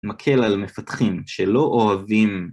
מקל על מפתחים שלא אוהבים